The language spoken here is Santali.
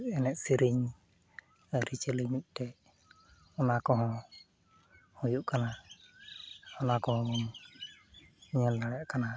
ᱮᱱᱮᱡ ᱥᱮᱨᱮᱧ ᱟᱹᱨᱤᱪᱟᱹᱞᱤ ᱢᱤᱫᱴᱮᱡ ᱚᱱᱟ ᱠᱚᱦᱚᱸ ᱦᱩᱭᱩᱜ ᱠᱟᱱᱟ ᱚᱱᱟ ᱠᱚᱦᱚᱸ ᱧᱮᱞ ᱫᱟᱲᱮᱭᱟᱜ ᱠᱟᱱᱟ